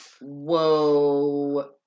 Whoa